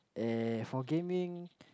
eh for gaming